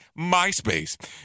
MySpace